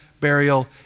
burial